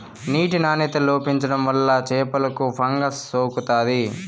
నీటి నాణ్యత లోపించడం వల్ల చేపలకు ఫంగస్ సోకుతాది